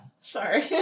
Sorry